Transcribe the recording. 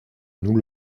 nous